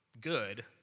good